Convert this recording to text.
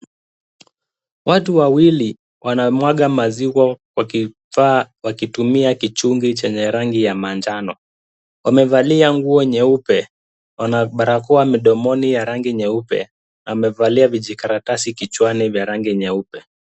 Watu wawili wanamwaga maziwa kwa kifaa wakitumia kichungi cha rangi ya manjano. Wamevalia nguo nyeupe. Wana barakoa mdomoni ya rangi nyeupe. Wamevalia vijikaratasi kichwani vya rangi nyeupe.